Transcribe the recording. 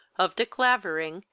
of de clavering,